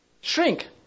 shrink